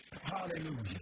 Hallelujah